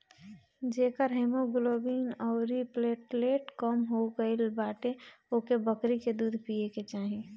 जेकर हिमोग्लोबिन अउरी प्लेटलेट कम हो गईल बाटे ओके बकरी के दूध पिए के चाही